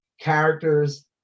Characters